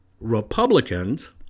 Republicans